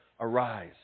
Arise